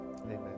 amen